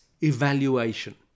evaluation